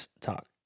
talk